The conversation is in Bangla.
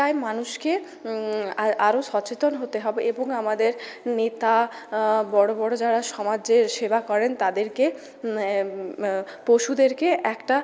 তাই মানুষকে আরও সচেতন হতে হবে এবং আমাদের নেতা বড়ো বড়ো যারা সমাজের সেবা করেন তাদেরকে পশুদেরকে একটা